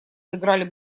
сыграли